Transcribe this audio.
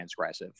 transgressive